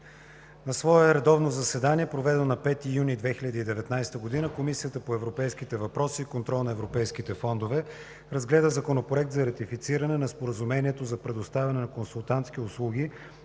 На свое редовно заседание, проведено на 5 юни 2019 г., Комисията по европейските въпроси и контрол на европейските фондове разгледа Законопроект за ратифициране на Споразумението за предоставяне на консултантски услуги